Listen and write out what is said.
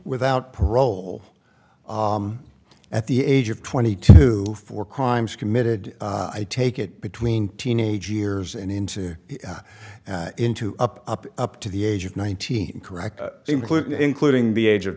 without parole at the age of twenty two for crimes committed i take it between teenage years and into into up up up to the age of nineteen correct including including the age of